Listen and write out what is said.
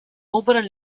oberen